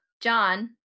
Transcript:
John